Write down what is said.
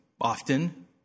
often